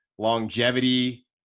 longevity